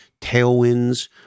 tailwinds